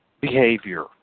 behavior